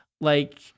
Like-